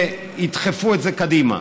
שידחפו את זה קדימה.